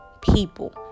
people